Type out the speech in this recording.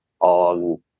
on